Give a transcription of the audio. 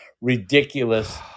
ridiculous